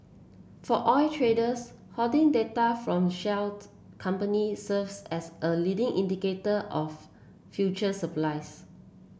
for oil traders hedging data from shale companies serves as a leading indicator of future supplies